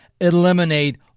eliminate